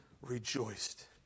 Rejoiced